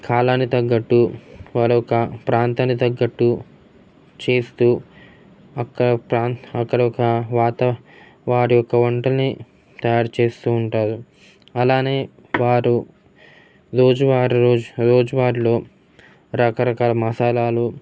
కాలాన్ని తగ్గట్టు వారి యొక ప్రాంతాన్ని తగ్గట్టు చేస్తూ అక్కడ ప్రాంత అక్కడ ఒక్క వాతా వారి యొక్క వంటని తయారు చేస్తూ ఉంటారు అలానే వారు రోజువారి రోజు రోజువారిలో రకరకాల మసాలాలు